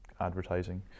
advertising